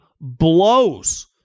blows